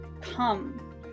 come